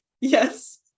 Yes